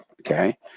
Okay